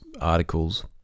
articles